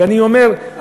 ואני אומר,